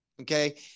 okay